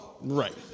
Right